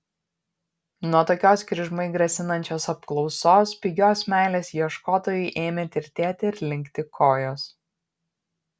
nuo tokios kryžmai grasinančios apklausos pigios meilės ieškotojui ėmė tirtėti ir linkti kojos